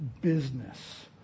business